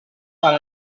per